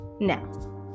now